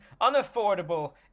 unaffordable